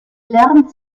lernt